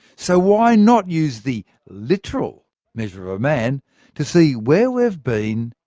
so why not use the literal measure of a man to see where we've been,